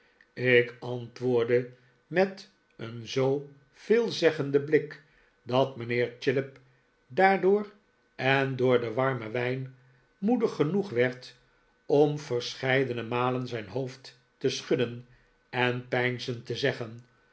ik antwoordde met een zoo veelzeggenden blik dat mijnheer chillip daardoor en door den warmen wijn moedig genoeg werd om verscheidene malen zijn hoofd te schudden en peinzend te zeggen